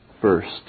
first